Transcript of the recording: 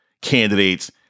candidates